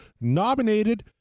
Nominated